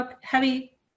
heavy